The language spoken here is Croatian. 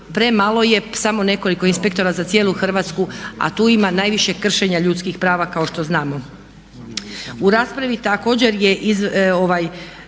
premalo je samo nekoliko inspektora za cijelu Hrvatsku a tu ima najviše kršenja ljudskih prava kao što znamo. U raspravi također je dosta